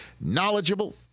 knowledgeable